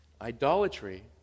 idolatry